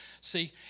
See